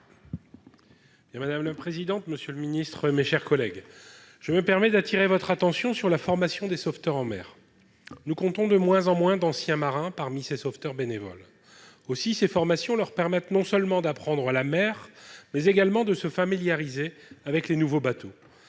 Madame la présidente, monsieur le secrétaire d'État, mes chers collègues, je me permets d'attirer votre attention sur la formation des sauveteurs en mer. Nous comptons de moins en moins d'anciens marins parmi ces sauveteurs bénévoles. Aussi, cette formation permet-elle à ces derniers non seulement d'apprendre la mer, mais également de se familiariser avec les nouveaux bateaux.